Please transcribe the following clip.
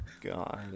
god